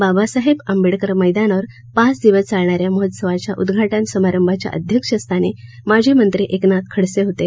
बाबासाहेब आंबेडकर मैदानावर पाच दिवस चालणाऱ्या या महोत्सवाच्या उद्घाटन समारंभाच्या अध्यक्षस्थानी माजी मंत्री एकनाथ खडसे होते